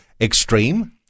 extreme